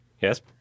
Yes